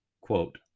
quote